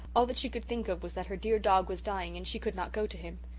all that she could think of was that her dear dog was dying and she could not go to him.